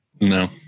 No